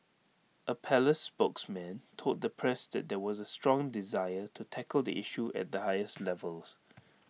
A palace spokesman told the press that there was A strong desire to tackle the issue at the highest levels